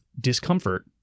discomfort